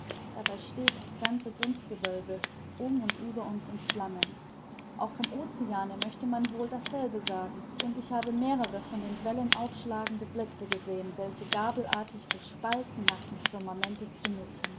dabei steht das ganze dunstgewölbe um und über uns in flammen auch vom oceane möchte man wohl dasselbe sagen und ich habe mehrere von den wellen aufschlagende blitze gesehen welche gabelartig gespalten nach dem firmamente